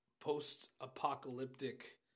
post-apocalyptic